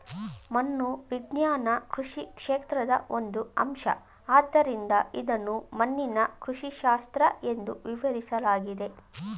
ಮಣ್ಣು ವಿಜ್ಞಾನ ಕೃಷಿ ಕ್ಷೇತ್ರದ ಒಂದು ಅಂಶ ಆದ್ದರಿಂದ ಇದನ್ನು ಮಣ್ಣಿನ ಕೃಷಿಶಾಸ್ತ್ರ ಎಂದೂ ವಿವರಿಸಲಾಗಿದೆ